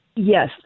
Yes